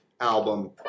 album